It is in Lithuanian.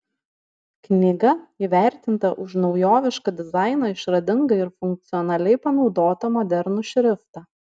knyga įvertinta už naujovišką dizainą išradingai ir funkcionaliai panaudotą modernų šriftą